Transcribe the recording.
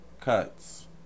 Cuts